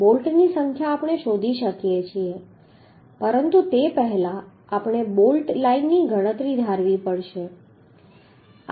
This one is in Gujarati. બોલ્ટની સંખ્યા આપણે શોધી શકીએ છીએ પરંતુ તે પહેલાં આપણે બોલ્ટ લાઇનની સંખ્યા ધારી લેવી પડશે